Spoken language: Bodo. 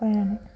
फरायनानै